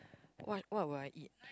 what what will I eat